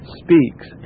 speaks